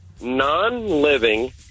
non-living